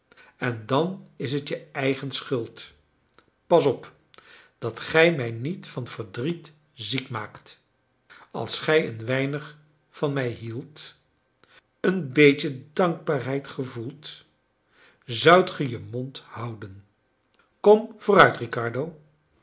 en dan is het je eigen schuld pas op dat gij mij niet van verdriet ziek maakt als gij een weinig van mij hieldt een beetje dankbaarheid gevoeldet zoudt ge je mond houden kom vooruit riccardo